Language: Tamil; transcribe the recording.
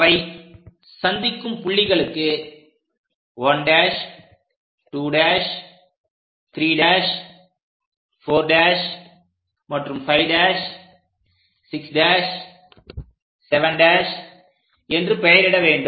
அவை சந்திக்கும் புள்ளிகளுக்கு 1' 2' 3' 4' மற்றும் 5' 6' 7' என்று பெயரிட வேண்டும்